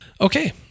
Okay